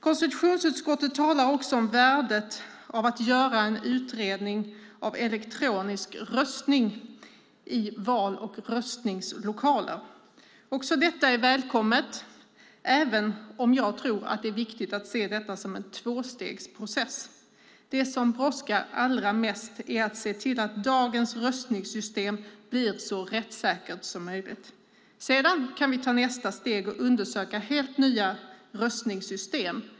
Konstitutionsutskottet talar också om värdet av att göra en utredning av elektronisk röstning i val och röstningslokaler. Det är välkommet, även om jag tror att det är viktigt att se detta som en tvåstegsprocess. Det som brådskar allra mest är att se till att dagens röstningssystem blir så rättssäkert som möjligt. Sedan kan vi ta nästa steg och undersöka helt nya röstningssystem.